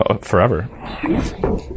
forever